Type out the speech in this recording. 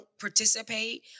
participate